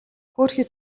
хөөрхий